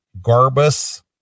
Garbus